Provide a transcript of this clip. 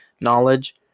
knowledge